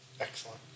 Excellent